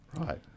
Right